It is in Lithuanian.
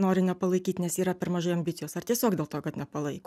nori nepalaikyt nes yra per mažai ambicijos ar tiesiog dėl to kad nepalaiko